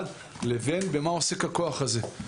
לבין במה עוסק הכוח הזה.